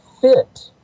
fit